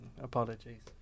Apologies